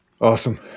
awesome